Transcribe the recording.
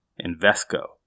Invesco